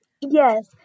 Yes